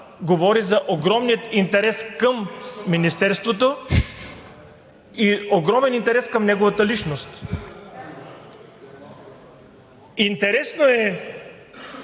говори за огромния интерес към Министерството и за огромен интерес към неговата личност. Интересно е